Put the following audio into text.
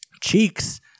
Cheeks